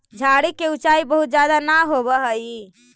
झाड़ि के ऊँचाई बहुत ज्यादा न होवऽ हई